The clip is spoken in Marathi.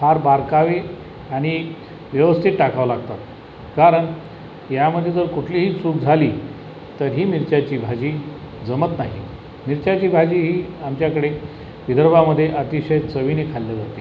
फार बारकावे आनि व्यवस्थित टाकावं लागतात कारन यामधे जर कुठलीही चूक झाली तर ही मिरच्याची भाजी जमत नाही मिरच्याची भाजी ही आमच्याकडे विदर्भामधे अतिशत चवीने खाल्ल्या जाते